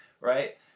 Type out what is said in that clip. Right